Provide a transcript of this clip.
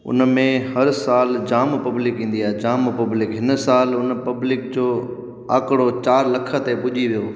उनमें हर साल जाम पब्लिक ईंदी आहे जाम पब्लिक हिन साल हुन पब्लिक जो आकड़ो चारि लख ते पुजी वियो